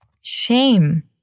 Shame